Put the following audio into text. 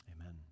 Amen